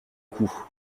coup